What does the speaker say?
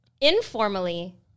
Informally